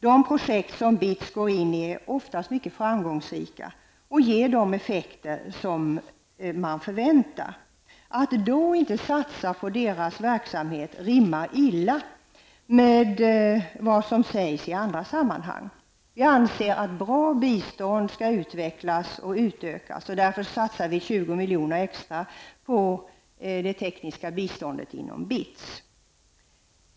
De projekt som BITS går in i är ofta mycket framgångsrika och ger de effekter som man förväntar. Att då inte satsa på sådan verksamhet rimmar illa med vad som sägs i andra sammanhang. Vi anser att bra bistånd skall utvecklas och utökas. Därför vill vi satsa 20 miljoner extra på det tekniska biståndet inom BITS.